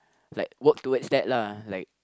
like work towards that lah like